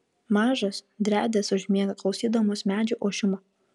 mažos driadės užmiega klausydamos medžių ošimo